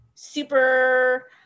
super